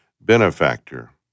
benefactor